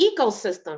ecosystem